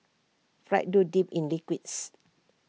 fried dough dipped in liquids